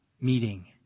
meeting